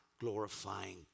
glorifying